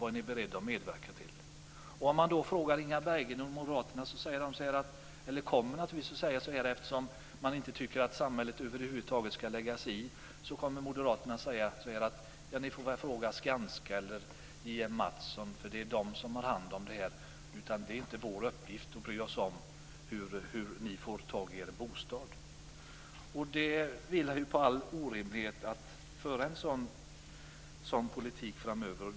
Vad är ni beredda att medverka till? Om man frågar Moderaterna och Inga Berggren om detta kommer de naturligtvis, eftersom de inte tycker att samhället över huvud taget skall lägga sig i, att säga: Ni får väl fråga Skanska eller JM Mattson. Det är de som har hand om det här. Det är inte vår uppgift att bry oss om hur ni får tag i en bostad. Det vilar på all orimlighet att föra en sådan politik framöver.